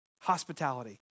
hospitality